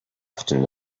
often